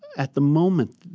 at the moment,